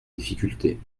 difficulté